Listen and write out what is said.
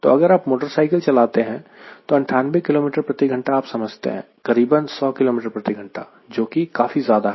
तो अगर आप मोटरसाइकिल चलाते हैं तो 98 kmhr आप समझते हैं करीबन 100 kmhr जो कि काफी ज्यादा है